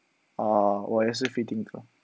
oh 我也是 free thinker